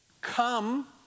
Come